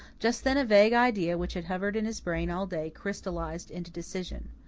just then a vague idea which had hovered in his brain all day crystallized into decision.